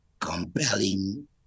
compelling